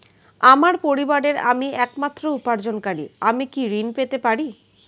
আমার পরিবারের আমি একমাত্র উপার্জনকারী আমি কি ঋণ পেতে পারি?